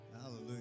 Hallelujah